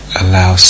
allow